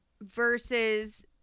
versus